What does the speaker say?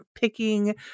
picking